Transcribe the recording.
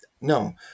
No